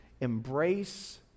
embrace